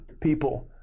people